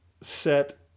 set